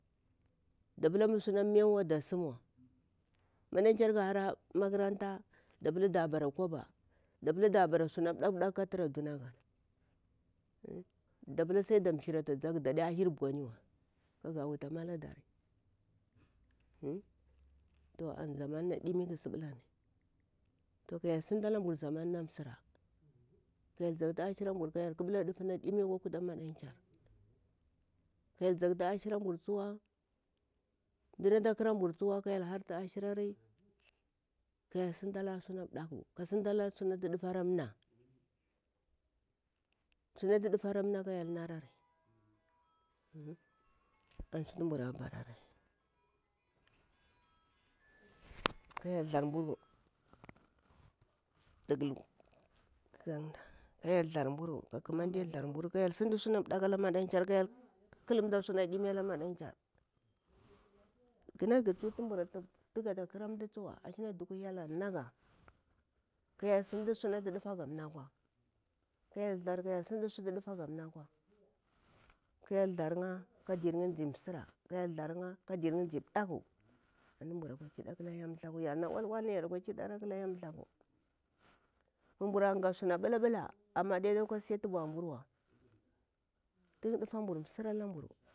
Meuw wa da simwa maɗan char ƙahara makaranta da bara kwaba kuhini da bara suna dak ɗak da duna da pila sai da thirata zaga da hir bwani wa kaga wata lada mari toh an zaman na ɗimi ƙa siɓulani to ka hyel sintalambru sauki zaman na msira ka hyel thaktu ashiramburu ka hyel ƙalɓula suna dimi akwa kuta maɗan char ka hyel thaktu ashira mbur tsuwa mdanata ƙarabur tsuwa ka hyel thaktu ashirari ka hyel sintalari sun dakku ka hyel sintala sunatu ɗufari ana sunatu ɗufari a na ka hyel sintalari an sutu mbura barari ka hyel that mburu ka hyel tharmburu ka ƙamɗe tharmburu ka hyel ƙalumta suna ɗini aka madankyar gunagu tsuwa tugata ƙaramda tsuwa tu hyel an naga ka hyel sintu sunatu difaga a na kwa ka kyel thor'yaa= ka dir'ya zi msira ka hyel thar'ya ka dir'ya ɗaku antu mburu kwa kida yarna ol- ola yara kwa dika akala hyel tharku mu mbura gah suna pita pula ade kwa si tu bwa mburwa tun ɗufa mbur smira lamburu.